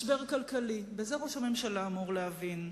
משבר כלכלי, בזה ראש הממשלה אמור להבין,